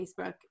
Facebook